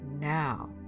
now